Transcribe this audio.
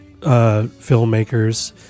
filmmakers